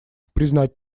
признать